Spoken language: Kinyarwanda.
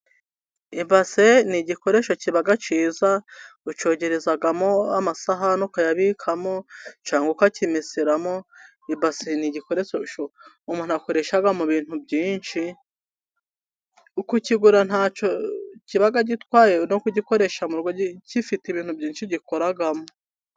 Ibase ni igikoresho kiba cyiza, ucogerezamo amasahani, ukayabikamo cyangwa ukakimeseramo, ibase n'igikoresho umuntu akoresha mu bintu byinshi, ukugura nta kibaga gitwaye no kugikoresha gifite ibintu byinshi gikorwamo.